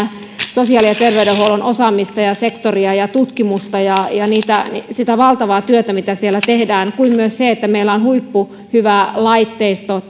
sosiaali ja terveydenhuollon osaamista ja ja sektoria ja tutkimusta ja ja sitä valtavaa työtä mitä siellä tehdään kuin myös sitä että meillä on huippuhyvä laitteisto